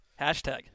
Hashtag